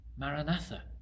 Maranatha